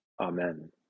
Amen